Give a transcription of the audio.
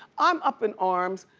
i'm up in arms,